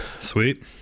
sweet